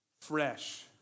fresh